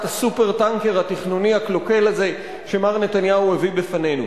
ה"סופר-טנקר" התכנוני הקלוקל הזה שמר נתניהו הביא בפנינו.